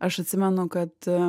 aš atsimenu kad